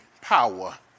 power